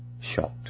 shocked